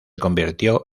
convirtió